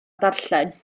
darllen